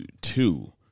two